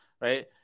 right